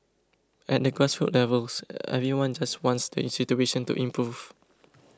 at the grassroots levels everyone just wants the situation to improve